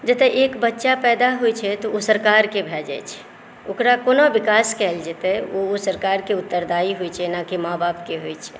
जतय एक बच्चा पैदा होइ छै तऽ ओ सरकारकेँ भय जाइ छै ओकरा कोना विकास कयल जेतै ओ सरकारकेँ उत्तरदायी होइ छै ने कि माँ बापकेँ होइ छै